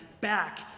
back